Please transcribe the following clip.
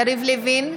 יריב לוין,